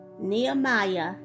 Nehemiah